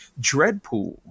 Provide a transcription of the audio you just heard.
Dreadpool